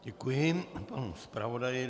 Děkuji panu zpravodaji.